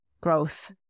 growth